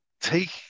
take